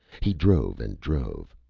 he drove. and drove.